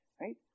Right